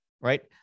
right